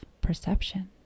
perception